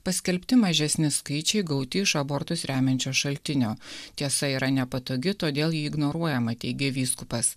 paskelbti mažesni skaičiai gauti iš abortus remiančios šaltinio tiesa yra nepatogi todėl ji ignoruojama teigia vyskupas